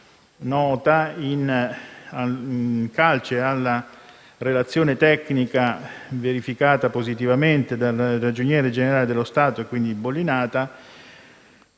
nota in calce alla relazione tecnica, verificata positivamente dal Ragioniere dello Stato e quindi bollinata.